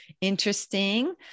interesting